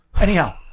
Anyhow